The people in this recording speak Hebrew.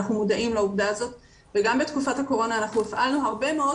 אנחנו מודעים לעובדה הזאת וגם בתקופת הקורונה הפעלנו הרבה מאוד